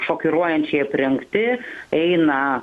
šokiruojančiai aprengti eina